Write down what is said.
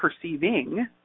perceiving